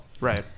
Right